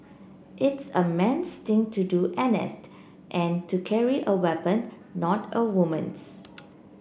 it's a man's thing to do N S and to carry a weapon not a woman's